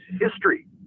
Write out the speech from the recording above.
history